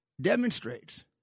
demonstrates